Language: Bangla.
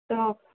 তো